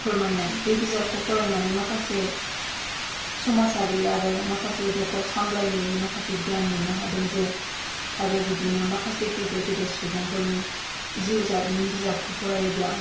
फोरमायनाय बे बिजाबखौ फरायनानै माखासे समाजारि आरो माखासे नखर सामलायनायनि माखासे गियान मोननो हादों जे आरो बिदिनो माखासे गिदिर गिदिर सुबुंफोरनि जिउ जारिमिन बिजाबखौ फरायोब्ला